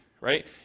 right